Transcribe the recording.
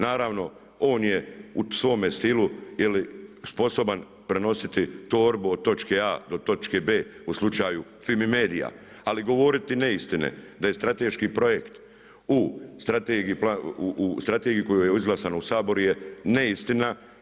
Naravno, on je u svome stilu sposoban prenositi torbu od točke A do točke B u slučaju Fimi Media, ali govoriti neistine da je strateški projekt u strategiji koja je izglasan u Saboru je neistina.